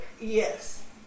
Yes